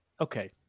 Okay